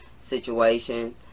situation